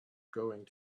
going